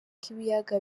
k’ibiyaga